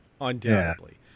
Undoubtedly